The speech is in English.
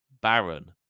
baron